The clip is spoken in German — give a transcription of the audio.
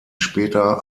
später